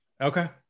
Okay